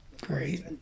Great